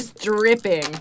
Dripping